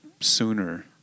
sooner